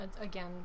Again